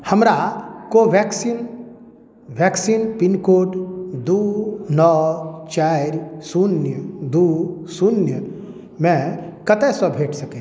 हमरा Covaxin vaccine pin code दुइ नओ चारि शून्य दुइ शून्यमे कतऽसँ भेट सकैत अछि